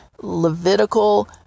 Levitical